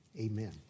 amen